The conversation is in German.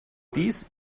dies